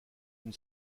une